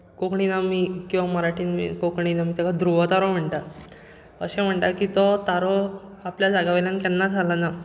कोंकणीन आमी किंवां मराठीन कोंकणीन आमी ताका ध्रुव तारो म्हणटा अशें म्हणटा की तो तारो आपल्या जाग्या वयलो केन्नाच हालना